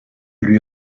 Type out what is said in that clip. lui